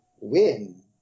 win